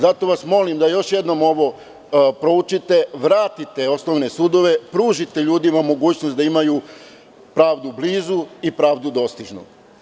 Zato vas molim da još jednom ovo proučite, vratite osnovne sudove, pružite ljudima mogućnost da imaju pravdu blizu i pravdu dostižnu.